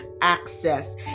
access